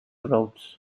routes